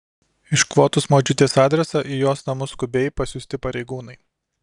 iškvotus močiutės adresą į jos namus skubiai pasiųsti pareigūnai